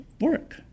work